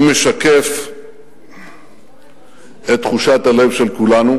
משקף את תחושת הלב של כולנו.